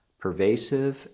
pervasive